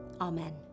Amen